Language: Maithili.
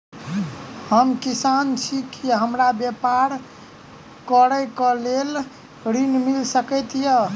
हम किसान छी की हमरा ब्यपार करऽ केँ लेल ऋण मिल सकैत ये?